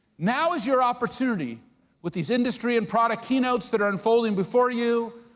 now is your opportunity with these industry and product keynotes that unfolding before you,